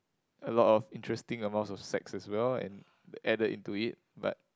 a lot of interesting amounts of sex as well and added into it but